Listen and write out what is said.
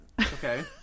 Okay